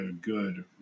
good